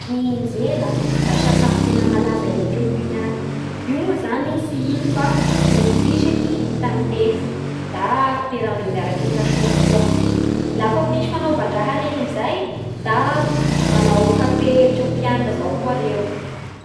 Ny injera da sakafo tena malaza Etiopia agny. Io moa tsy ino fa mofo fisaky vita amin'ny tefy da ampiarahandreo miaraky amin'ny lasopy koa. Lafa misy fanaovan-draha ireny amin'izay da manao kafe etiôpianina izao koa ireo.